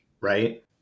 right